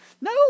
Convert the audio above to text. No